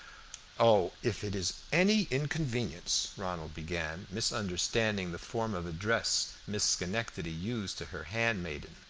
oh, if it is any inconvenience ronald began, misunderstanding the form of address miss schenectady used to her handmaiden.